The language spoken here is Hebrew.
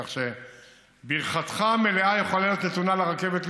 כך שברכתך המלאה יכולה להיות נתונה לרכבת לירושלים.